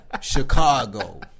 Chicago